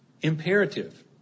imperative